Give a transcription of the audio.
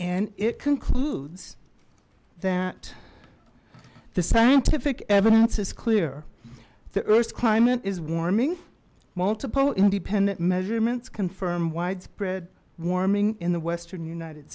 and it concludes that the scientific evidence is clear the earth's climate is warming multiple independent measurements confirm widespread warming in the western united